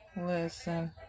Listen